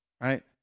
right